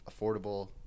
affordable